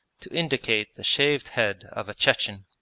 to indicate the shaved head of a chechen.